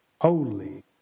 holy